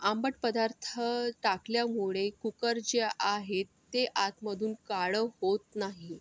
आंबट पदार्थ टाकल्यामुळे कुकर जे आहे ते आतमधून काळं होत नाही